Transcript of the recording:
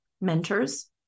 mentors